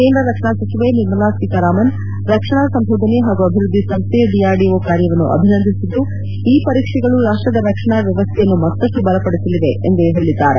ಕೇಂದ್ರ ರಕ್ಷಣಾ ಸಚಿವೆ ನಿರ್ಮಲಾ ಸೀತಾರಾಮನ್ ರಕ್ಷಣಾ ಸಂಶೋಧನೆ ಹಾಗೂ ಅಭಿವೃದ್ದಿ ಸಂಸ್ಥೆ ಡಿಆರ್ಡಿಓ ಕಾರ್್ಯವನ್ನು ಅಭಿನಂದಿಸಿದ್ದು ಈ ಪರೀಕ್ಷೆಗಳು ರಾಷ್ತದ ರಕ್ಷಣಾ ವ್ಯವಸ್ಥೆಯನ್ನು ಮತ್ತಷ್ಟು ಬಲಪಡಿಸಲಿವೆ ಎಂದು ತಿಳಿಸಿದ್ದಾರೆ